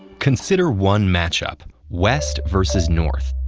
consider one matchup west versus north.